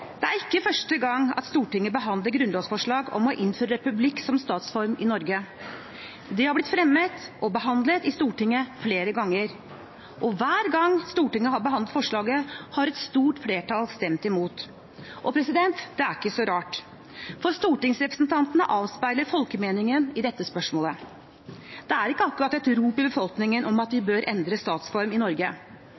Det er ikke første gang Stortinget behandler grunnlovsforslag om å innføre republikk som statsform i Norge. De har blitt fremmet og behandlet i Stortinget flere ganger, og hver gang Stortinget har behandlet forslaget, har et stort flertall stemt imot. Det er ikke så rart, for stortingsrepresentantene avspeiler folkemeningen i dette spørsmålet. Det er ikke akkurat et rop i befolkingen om at